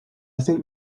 think